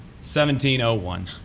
1701